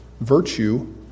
virtue